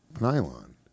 Nylon